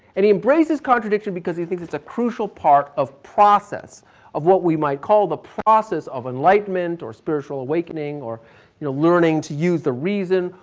and he embraces contradiction because he it's a crucial part of process of what we might call the process of enlightenment or spiritual awakening, or you know learning to use the reason,